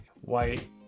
white